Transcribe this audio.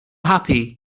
happy